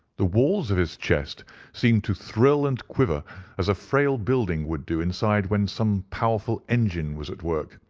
the walls of his chest seemed to thrill and quiver as a frail building would do inside when some powerful engine was at work.